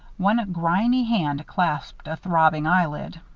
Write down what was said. one grimy hand clasped a throbbing eyelid.